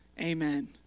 Amen